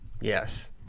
Yes